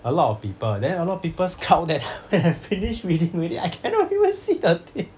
a lot of people then a lot of people scout there then I finish reading already I cannot even see the thing